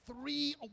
three